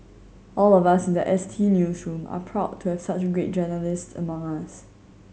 all of us in the S T newsroom are proud to have such great journalists among us